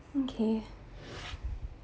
okay